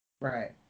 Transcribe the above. Right